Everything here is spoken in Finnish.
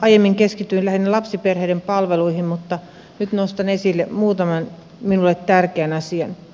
aiemmin keskityin lähinnä lapsiperheiden palveluihin mutta nyt nostan esille muutaman minulle tärkeän asian